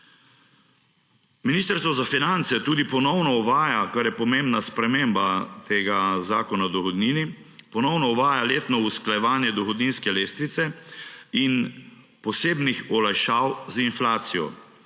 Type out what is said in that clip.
Ministrstvo za finance tudi ponovno uvaja, kar je pomembna sprememba Zakona o dohodnini, ponovno uvaja letno usklajevanje dohodninske lestvice in posebnih olajšav za inflacijo.